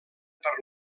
per